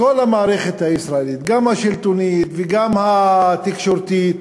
בכל המערכת הישראלית, גם השלטונית וגם התקשורתית.